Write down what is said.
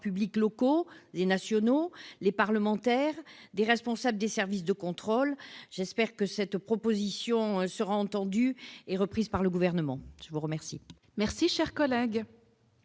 publics locaux et nationaux, les parlementaires, des responsables des services de contrôle. J'espère que cette proposition sera entendue et reprise par le Gouvernement. La parole est à Mme Élisabeth